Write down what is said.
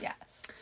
Yes